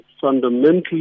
fundamentally